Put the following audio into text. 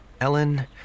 Ellen